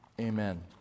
amen